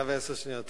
דקה ועשר שניות.